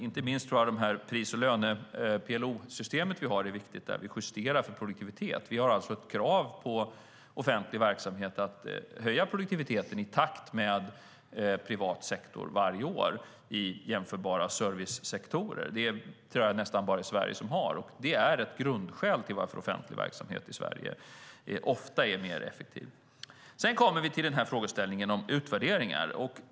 Inte minst tror jag att det är viktigt med det pris och löneomräkningssystem vi har, PLO-systemet, där vi justerar för produktivitet. Vi har alltså ett krav på offentlig verksamhet att höja produktiviteten i takt med privat sektor varje år i jämförbara servicesektorer. Något sådant tror jag att det nästan bara är Sverige som har, och det är en grundorsak till att offentlig verksamhet i Sverige ofta är effektivare. Sedan kommer vi till frågeställningen om utvärderingar.